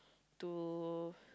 to